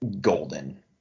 golden